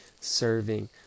serving